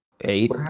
Eight